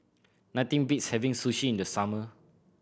nothing beats having Sushi in the summer